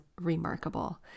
remarkable